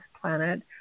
planet